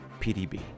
PDB